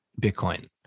Bitcoin